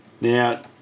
Now